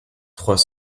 trois